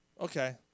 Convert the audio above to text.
Okay